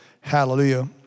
hallelujah